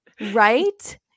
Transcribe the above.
right